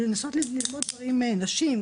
לנסות ללמוד דברים עם נשים,